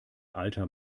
alter